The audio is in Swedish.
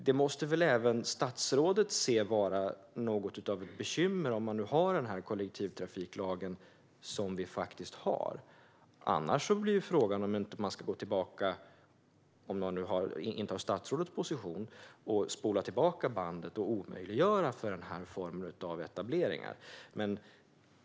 Det måste väl även statsrådet se som något av ett bekymmer när vi nu har den här kollektivtrafiklagen. Annars ska statsrådet kanske spola tillbaka bandet och omöjliggöra för den formen av etableringar.